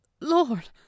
lord